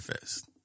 fest